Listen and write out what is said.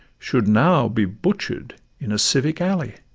should now be butcher'd in a civic alley.